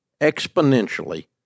exponentially